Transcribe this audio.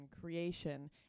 creation